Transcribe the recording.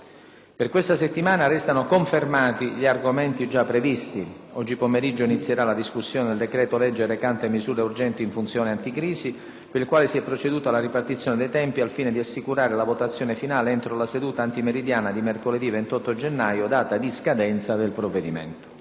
Per questa settimana restano confermati gli argomenti già previsti. Oggi pomeriggio inizierà la discussione del decreto-legge recante misure urgenti in funzione anticrisi, per il quale si è proceduto alla ripartizione dei tempi al fine di assicurare la votazione finale entro la seduta antimeridiana di mercoledì 28 gennaio, data di scadenza del provvedimento.